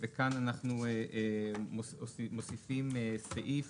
כאן אנחנו מוסיפים סעיף